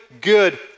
good